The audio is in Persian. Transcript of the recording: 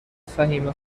فهیمه